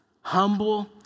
Humble